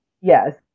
Yes